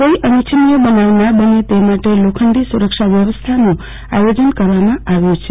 કોઈ અનિચ્છનીય બનાવ ના બને તે માટે લોખંડી સુરક્ષા વ્યવસ્થાનું આયોજન કરવામાં આવ્યુ છે